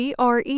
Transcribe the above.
CRE